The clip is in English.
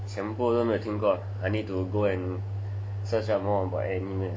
!wow! 全部都没有听过 I need to go and search up more about anime ah